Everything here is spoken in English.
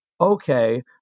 Okay